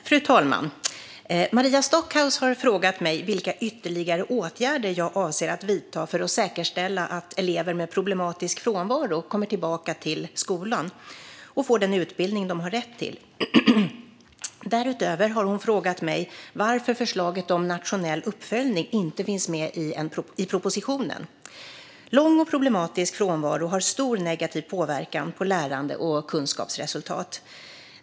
Fru talman! Maria Stockhaus har frågat mig vilka ytterligare åtgärder jag avser att vidta för att säkerställa att elever med problematisk frånvaro kommer tillbaka till skolan och får den utbildning de har rätt till. Därutöver har hon frågat mig varför förslaget om nationell uppföljning inte finns med i propositionen. Lång och problematisk frånvaro har stor negativ påverkan på lärande och kunskapsresultat.